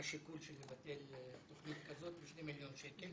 השיקול של לבטל תוכנית כזאת ב-2 מיליון שקל.